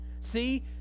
See